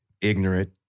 ignorant